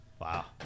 Wow